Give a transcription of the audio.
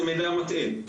זה מידע מטעה.